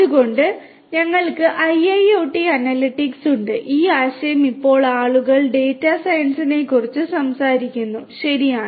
അതിനാൽ ഞങ്ങൾക്ക് IIoT analytics ഉണ്ട് ഈ ആശയം ഇപ്പോൾ ആളുകൾ ഡാറ്റ സയൻസിനെക്കുറിച്ച് സംസാരിക്കുന്നു ശരിയാണ്